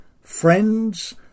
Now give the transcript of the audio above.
friends